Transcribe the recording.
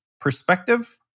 perspective